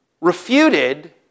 refuted